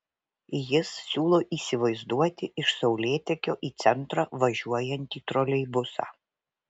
jis siūlo įsivaizduoti iš saulėtekio į centrą važiuojantį troleibusą